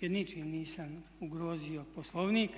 jer ničim nisam ugrozio Poslovnik